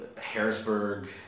Harrisburg